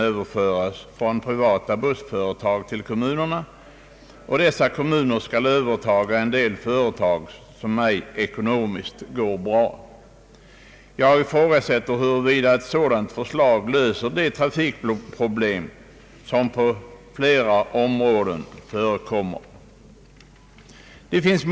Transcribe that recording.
Jag ifrågasätter huruvida ett förslag av den innebörden löser de trafikproblem som finns inom en rad kommuner.